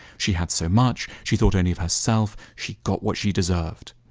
she had so much she thought only of herself, she got what she deserved.